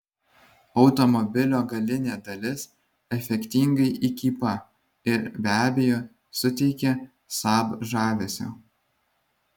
automobilio galinė dalis efektingai įkypa ir be abejo suteikia saab žavesio